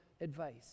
advice